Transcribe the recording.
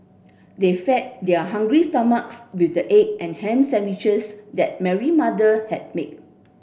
they fed their hungry stomachs with the egg and ham sandwiches that Mary mother had made